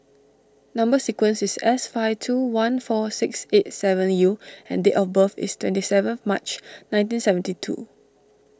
Number Sequence is S five two one four six eight seven U and date of birth is twenty seven March nineteen seventy two